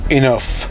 enough